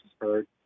heard